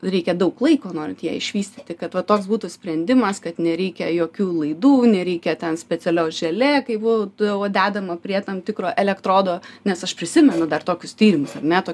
reikia daug laiko norint ją išvystyti kad va toks būtų sprendimas kad nereikia jokių laidų nereikia ten specialios želė kaip būdavo dedama prie tam tikro elektrodo nes aš prisimenu dar tokius tyrimus ar ne to